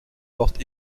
porte